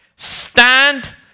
Stand